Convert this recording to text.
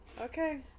Okay